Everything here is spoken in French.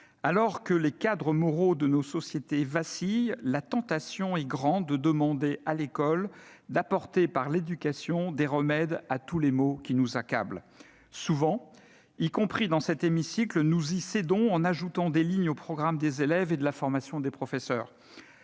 Alors que les cadres moraux de nos sociétés vacillent, la tentation est grande de demander à l'école d'apporter, par l'éducation, des remèdes à tous les maux qui nous accablent. Souvent, y compris dans cet hémicycle, nous y cédons en ajoutant des lignes aux programmes des élèves et de formation des professeurs.